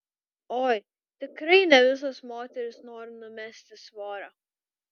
oi tikrai ne visos moterys nori numesti svorio